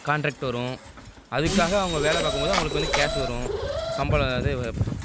contract வரும் அதுக்காக அவங்க வேலை பார்க்கும்மோது அவங்களுக்கு வந்து கேஷ் வரும் சம்பளம் இது வ ப